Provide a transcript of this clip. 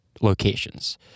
locations